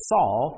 Saul